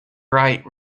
bright